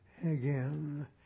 Again